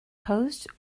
post